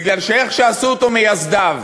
בגלל שאיך שעשו אותו מייסדיו,